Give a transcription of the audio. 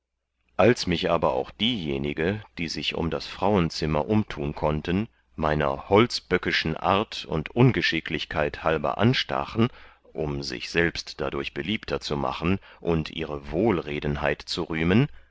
als mich aber auch diejenige die sich um das frauenzimmer umtun konnten meiner holzböckischen art und ungeschicklichkeit halber anstachen um sich selbst dadurch beliebter zu machen und ihre wohlredenheit zu rühmen